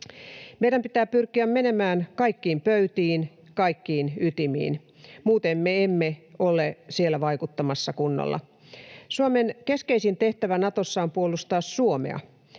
Meidän pitää pyrkiä menemään kaikkiin pöytiin, kaikkiin ytimiin — muuten me emme ole siellä vaikuttamassa kunnolla. Suomen keskeisin tehtävä Natossa on puolustaa Suomea.